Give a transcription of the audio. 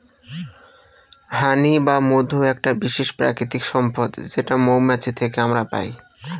হানি বা মধু একটা বিশেষ প্রাকৃতিক সম্পদ যেটা মৌমাছি থেকে আমরা পাই